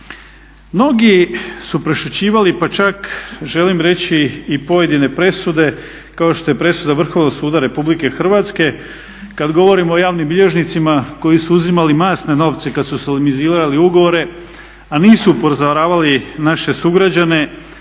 Mnogi su prešućivali pa čak želim reći i pojedine presude kao što je presuda Vrhovnog suda RH kada govorimo o javnim bilježnicima koji su uzimali masne novce kada su solemnizirali ugovore, a nisu upozoravali naše sugrađane